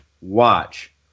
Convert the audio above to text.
watch